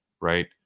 right